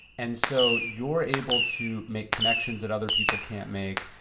and so you're able to make connections that other people can't make,